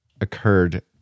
occurred